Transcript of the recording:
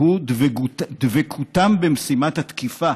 והוא דבקותם של הטייסים במשימת התקיפה